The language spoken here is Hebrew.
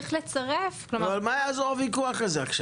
אבל מה יעזור הוויכוח הזה עכשיו?